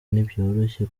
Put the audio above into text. ntibyoroshye